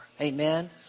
Amen